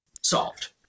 solved